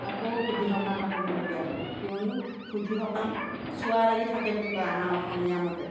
আকৌ শুদ্ধি সকাম পাতিবলগীয়া হয় কিয়নো শুদ্ধি সকাম চুৱা লাগি থাকে বুলি কৈ আমাৰ অসমীয়াৰ মতে